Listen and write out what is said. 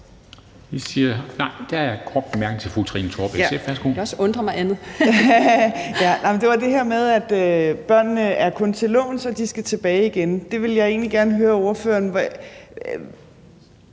Det var det her med, at børnene kun er til låns, og at de skal tilbage igen. Der ville jeg egentlig gerne høre ordføreren,